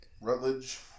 Rutledge